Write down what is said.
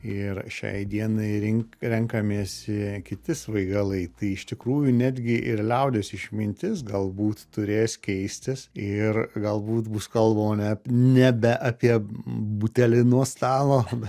ir šiai dienai rink renkamiesi kiti svaigalai tai iš tikrųjų netgi ir liaudies išmintis galbūt turės keistis ir galbūt bus kalbama neap nebe apie butelį nuo stalo